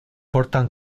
portan